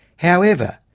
however,